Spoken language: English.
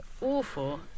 awful